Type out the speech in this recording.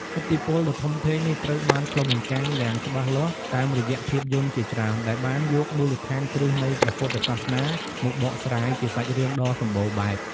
ឥទ្ធិពលដ៏ធំធេងនេះ ត្រូវបានឆ្លុះបញ្ចាំងយ៉ាងច្បាស់លាស់តាមរយៈភាពយន្តជាច្រើន ដែលបានយកមូលដ្ឋានគ្រឹះនៃព្រះពុទ្ធសាសនា មកបកស្រាយជាសាច់រឿងដ៏សម្បូរបែប។